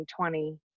2020